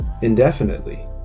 Indefinitely